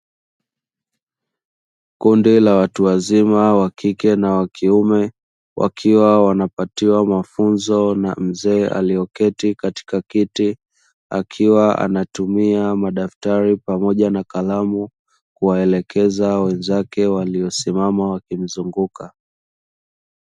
Kundi la watu wazima wakike na wa kiume wakiwa wanapatiwa mafunzo na mzee aliyeketi katika kiti, akiwa anatumia madaftari pamoja na kalamu kuwaelekeza wenzake waliosimama wakimzunguka.